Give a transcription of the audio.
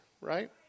Right